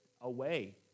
away